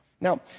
Now